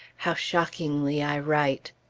how shockingly i write!